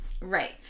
right